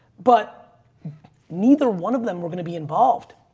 but neither one of them were going to be involved.